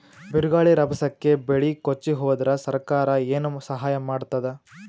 ಬಿರುಗಾಳಿ ರಭಸಕ್ಕೆ ಬೆಳೆ ಕೊಚ್ಚಿಹೋದರ ಸರಕಾರ ಏನು ಸಹಾಯ ಮಾಡತ್ತದ?